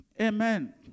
Amen